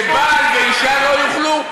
שבעל ואישה לא יוכלו?